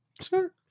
Sure